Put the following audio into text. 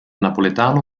napoletano